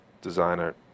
designer